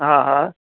हा हा